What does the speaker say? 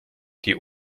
die